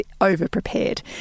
over-prepared